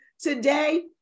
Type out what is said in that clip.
Today